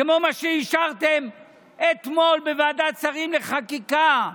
כמו מה שאישרתם אתמול בוועדת שרים לחקיקה.